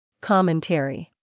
Commentary